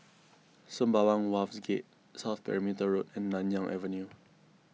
Sembawang Wharves Gate South Perimeter Road and Nanyang Avenue